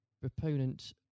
proponent